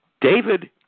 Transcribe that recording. David